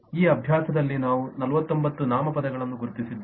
ಈ ಅಭ್ಯಾಸದಲ್ಲಿ ನಾವು 49 ನಾಮಪದಗಳನ್ನು ಗುರುತಿಸಿದ್ದೇವೆ